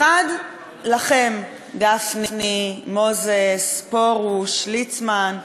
האחד לכם, גפני, מוזס, פרוש, ליצמן,